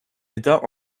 d’état